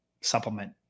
supplement